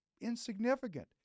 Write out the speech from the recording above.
insignificant